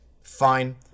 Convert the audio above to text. fine